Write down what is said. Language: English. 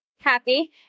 happy